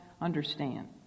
understand